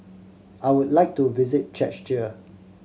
I would like to visit Czechia